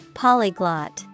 polyglot